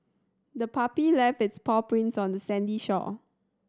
the puppy left its paw prints on the sandy shore